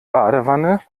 badewanne